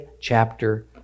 chapter